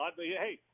Hey